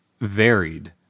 varied